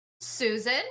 Susan